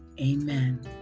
Amen